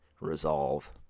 resolve